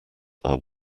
are